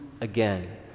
again